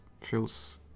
feels